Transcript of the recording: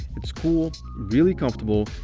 it's cool, really comfortable,